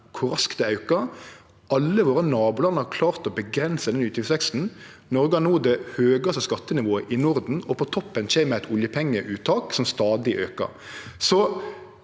kor raskt det aukar. Alle nabolanda våre har klart å avgrense denne utgiftsveksten. Noreg har no det høgaste skattenivået i Norden, og på toppen kjem eit oljepengeuttak som stadig aukar.